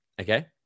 okay